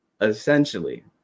essentially